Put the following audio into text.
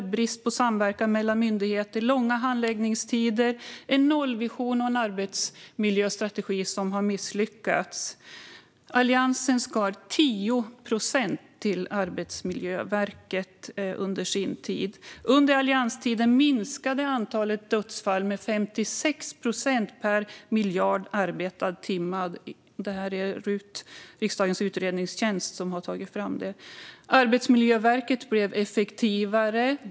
Det är brist på samverkan mellan myndigheter och långa handläggningstider. Det är en nollvision och en arbetsmiljöstrategi som har misslyckats. Alliansen skar under sin tid ned på Arbetsmiljöverket med 10 procent. Under allianstiden minskade antalet dödsfall med 56 procent per miljard arbetad timme. Det är riksdagens utredningstjänst som har tagit fram det. Arbetsmiljöverket blev effektivare.